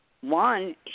one